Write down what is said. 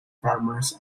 farmers